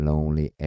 Lonely